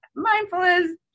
Mindfulness